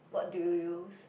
what do you use